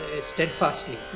steadfastly